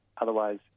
Otherwise